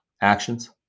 actions